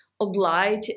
oblige